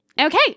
Okay